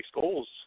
goals